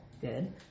good